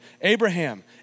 Abraham